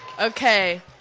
Okay